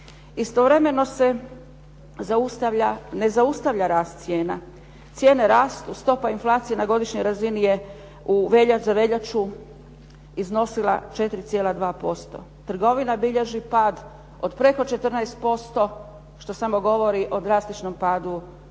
Istovremeno se ne zaustavlja rast cijena. Cijene rastu, stopa inflacije na godišnjoj razini je za veljaču iznosila 4,2%. Trgovina bilježi pad od preko 14% što samo govori o drastičnom padu životnog